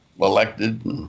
elected